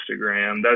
Instagram